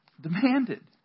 demanded